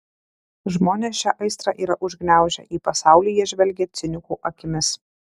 žmonės šią aistrą yra užgniaužę į pasaulį jie žvelgia cinikų akimis